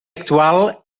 actual